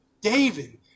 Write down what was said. David